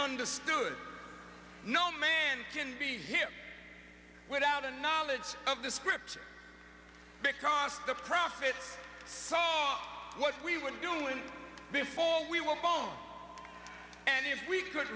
understood no man can be here without a knowledge of the scriptures because the profits soul what we were doing before we were both and if we could